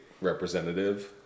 representative